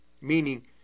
meaning